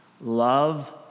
Love